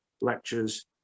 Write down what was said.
lectures